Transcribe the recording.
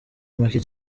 make